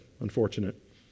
Unfortunate